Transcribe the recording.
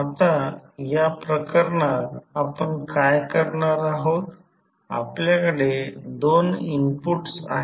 आता या प्रकरणात आपण काय करणार आहोत आपल्याकडे दोन इनपुट्स आहेत